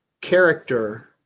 character